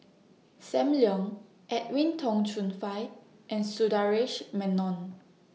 SAM Leong Edwin Tong Chun Fai and Sundaresh Menon